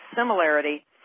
similarity